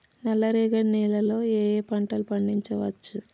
నల్లరేగడి నేల లో ఏ ఏ పంట లు పండించచ్చు?